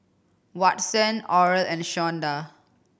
Watson Oral and Shawnda